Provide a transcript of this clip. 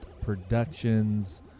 Productions